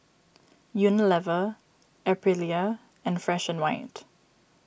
Unilever Aprilia and Fresh and White